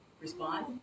respond